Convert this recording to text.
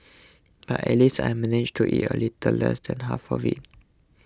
but at least I managed to eat a little less than half of it